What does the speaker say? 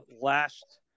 last